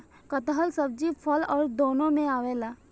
कटहल सब्जी अउरी फल दूनो में आवेला